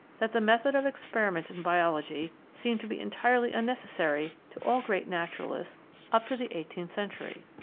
that the method of experiment in biology seemed to be entirely unnecessary to all great naturalists up to the eighteenth century.